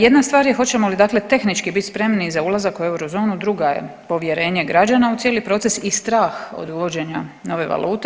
Jedna stvar je hoćemo li dakle tehnički biti spremni za ulazak u eurozonu, druga je povjerenje građana u cijeli proces i strah od uvođenja nove valute.